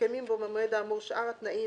ומתקיימים בו במועד האמור שאר התנאים